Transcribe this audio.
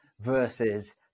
versus